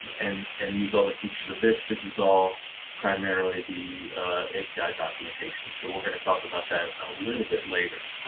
and and use all the features of this. this is all primarily the api documentation. so we're going to talk about that a little bit later.